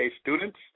students